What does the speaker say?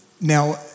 Now